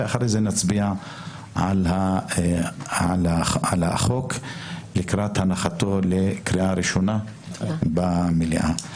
ואחרי זה נצביע על החוק לקראת הנחתו לקריאה ראשונה במליאה.